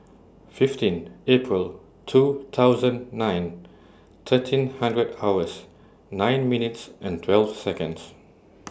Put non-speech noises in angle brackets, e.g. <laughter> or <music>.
fifteen April two thousand nine thirteen hundred hours nine minutes and twelve Seconds <noise>